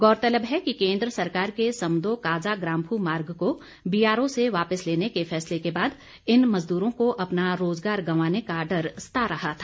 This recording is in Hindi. गौरतलब है कि केन्द्र सरकार के समदो काजा ग्राम्फू मार्ग को बीआरओ से वापिस लेने के फैसले के बाद इन मजदूरों को अपना रोजगार गवांने का डर सता रहा था